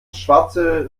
schwarze